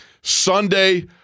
Sunday